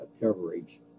coverage